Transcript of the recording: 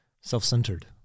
self-centered